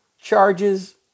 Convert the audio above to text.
charges